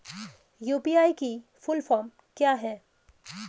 UPI की full form क्या है?